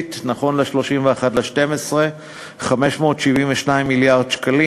נכון ל-31 בדצמבר היא 572 מיליארד שקלים.